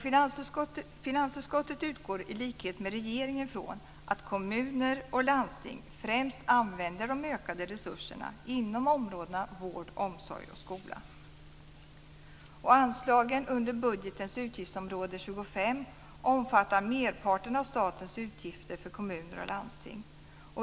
Finansutskottet utgår i likhet med regeringen från att kommuner och landsting främst använder de ökade resurserna inom områdena vård, omsorg och skola. Anslagen under budgetens utgiftsområde 25 omfattar merparten av statens utgifter för kommuner och landsting.